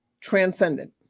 transcendent